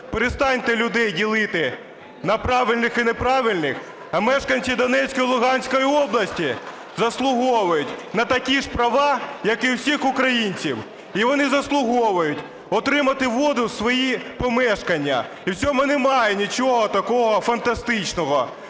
Перестаньте людей ділити на правильних і неправильних, а мешканці Донецької і Луганської областей заслуговують на такі ж права, як і в усіх українців. І вони заслуговують отримати воду у свої помешкання. І в цьому немає нічого такого фантастичного.